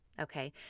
okay